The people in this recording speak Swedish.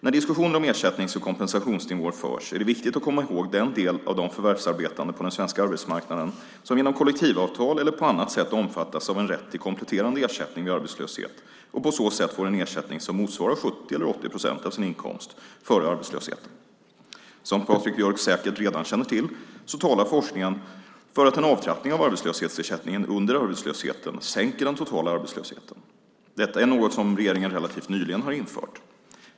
När diskussioner om ersättnings och kompensationsnivåer förs är det viktigt att komma ihåg den del av de förvärvsarbetande på den svenska arbetsmarknaden som genom kollektivavtal eller på annat sätt omfattas av en rätt till kompletterande ersättning vid arbetslöshet och på så sätt får en ersättning som motsvarar 70 eller 80 procent av sin inkomst före arbetslösheten. Som Patrik Björck säkert redan känner till så talar forskningen för att en avtrappning av arbetslöshetsersättningen under arbetslösheten sänker den totala arbetslösheten. Detta är något som regeringen relativt nyligen har infört.